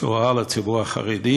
בשורה לציבור החרדי